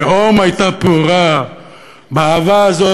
תהום הייתה פעורה באהבה הזאת,